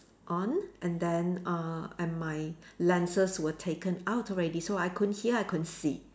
on and then uh and my lenses were taken out already so I couldn't hear I couldn't see